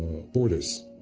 borders.